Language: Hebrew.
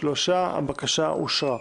הבקשה אושרה.